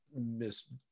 miss